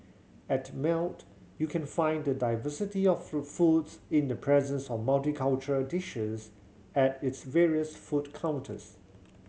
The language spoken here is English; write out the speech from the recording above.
at Melt you can find the diversity of fruit foods in the presence of multicultural dishes at its various food counters